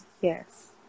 Yes